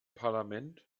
parlament